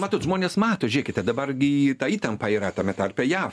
matot žmonės mato žiūrėkite dabar gi ta įtampa yra tame tarpe jav